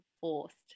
forced